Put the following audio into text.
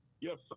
Yes